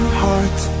heart